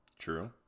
true